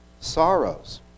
sorrows